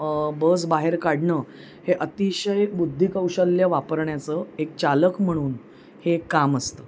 ब बस बाहेर काढणं हे अतिशय बुद्धिकौशल्य वापरण्याचं एक चालक म्हणून हे काम असतं